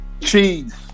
Cheese